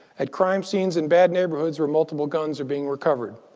at crime scenes in bad neighborhoods, where multiple guns are being recovered.